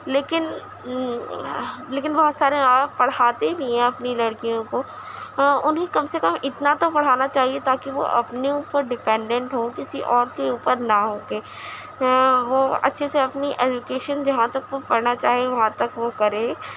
لیکن لیکن بہت سارے ماں باپ پڑھاتے بھی ہیں اپنی لڑکیوں کو انہیں کم سے کم اتنا تو پڑھانا چاہیے تاکہ وہ اپنے اوپر ڈپینڈینٹ ہوں کسی اور کے اوپر نہ ہو کے وہ اچھے سے اپنی ایجوکیشن جہاں تک وہ پڑھنا چاہیں وہاں تک وہ کریں